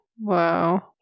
Wow